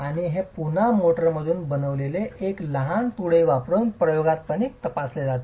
आणि हे पुन्हा मोर्टारपासून बनविलेले एक लहान तुळई वापरून प्रयोगात्मकपणे तपासले जाते